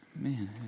Man